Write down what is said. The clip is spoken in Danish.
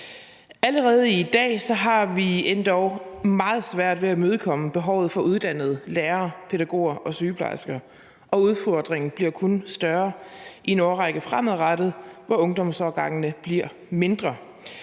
Allerede i dag har vi endog meget svært ved at imødekomme behovet for uddannede lærere, pædagoger og sygeplejersker, og udfordringen bliver kun større i en årrække fremadrettet, hvor ungdomsårgangene bliver mindre.